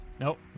Nope